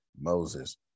Moses